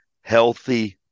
healthy